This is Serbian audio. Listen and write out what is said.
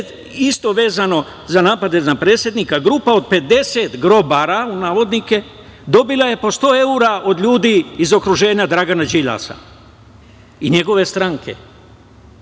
ne? Isto, vezano za napade na predsednika. Grupa od 50 „grobara“ dobila je po 100 evra od ljudi iz okruženja Dragana Đilasa i njegove stranke,